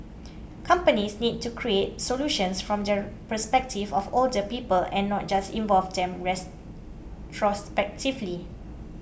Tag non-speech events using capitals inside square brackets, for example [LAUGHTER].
companies need to create solutions from the perspective of older people and not just involve them [UNINTELLIGIBLE]